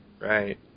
Right